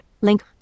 link